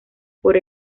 por